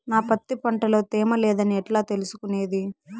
నా పత్తి పంట లో తేమ లేదని ఎట్లా తెలుసుకునేది?